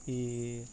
ఈ